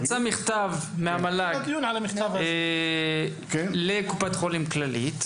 יצא מכתב מהמל"ג לקופת חולים כללית.